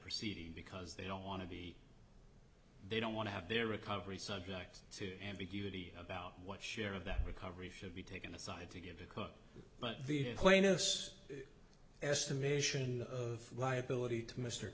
proceeding because they don't want to be they don't want to have their recovery subject to ambiguity about what share of the recovery should be taken aside to get a cook but the plaintiffs estimation of liability